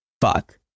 fuck